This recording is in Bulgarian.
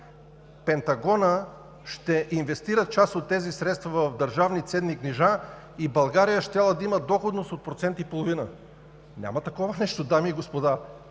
Пентагонът ще инвестира част от тези средства в държавни ценни книжа и България щяла да има доходност от процент и половина. Няма такова нещо, дами и господа!